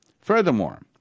Furthermore